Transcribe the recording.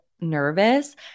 nervous